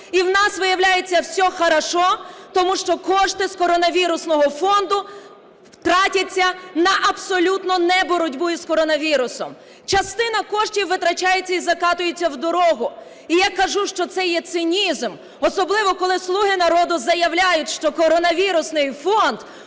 І у нас, виявляється, "все хорошо", тому що кошти з коронавірусного фонду тратяться на абсолютно не боротьбу із коронавірусом. Частина коштів витрачається і закатується в дороги. І я кажу, що це є цинізм, особливо, коли "слуги народу" заявляють, що коронавірусний фонд